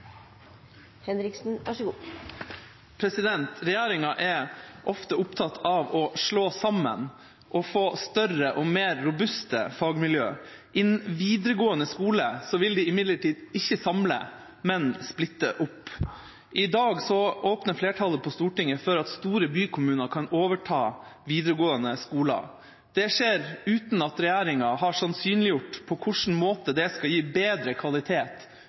ofte opptatt av å slå sammen og få større og mer robuste fagmiljøer. Innen videregående skole vil de imidlertid ikke samle, men splitte opp. I dag åpner flertallet på Stortinget for at store bykommuner kan overta videregående skoler. Det skjer uten at regjeringa har sannsynliggjort på hvilken måte det skal gi bedre kvalitet